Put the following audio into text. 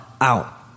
out